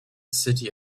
city